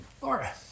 Laura